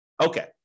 Okay